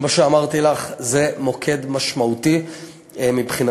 כמו שאמרתי לך, זה מוקד משמעותי מבחינתי.